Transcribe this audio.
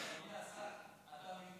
אדוני השר,